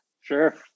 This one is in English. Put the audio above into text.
Sure